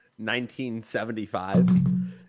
1975